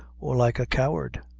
or like a coward.